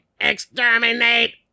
exterminate